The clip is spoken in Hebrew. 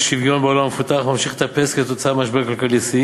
האי-שוויון בעולם המפותח ממשיך לטפס כתוצאה ממשבר כלכלי,